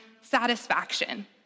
satisfaction